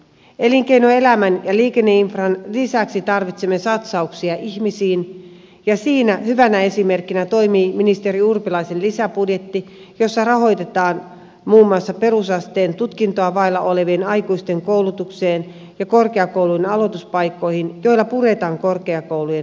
elinkeinoelämän ja liikenneinfran lisäksi tarvitsemme satsauksia ihmisiin ja siinä hyvänä esimerkkinä toimii ministeri urpilaisen lisäbudjetti jossa rahoitetaan muun muassa perusasteen tutkintoa vailla olevien aikuisten koulutusta ja korkeakoulun aloituspaikkoja joilla puretaan korkeakoulujen hakijasumaa